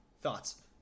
thoughts